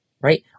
right